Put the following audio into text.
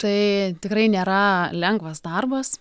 tai tikrai nėra lengvas darbas